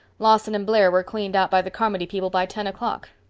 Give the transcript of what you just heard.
lawson and blair were cleaned out by the carmody people by ten o'clock.